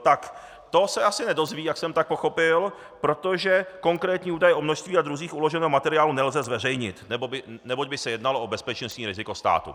Tak to se asi nedozvědí, jak jsem tak pochopil, protože konkrétní údaje o množství a druzích uloženého materiálu nelze zveřejnit, neboť by se jednalo o bezpečnostní riziko státu.